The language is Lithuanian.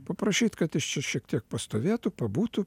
paprašyt kad jis čia šiek tiek pastovėtų pabūtų